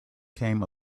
came